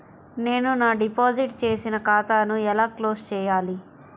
నేను నా డిపాజిట్ చేసిన ఖాతాను ఎలా క్లోజ్ చేయాలి?